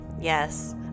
yes